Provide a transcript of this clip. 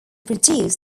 produced